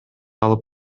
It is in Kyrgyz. алып